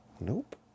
Nope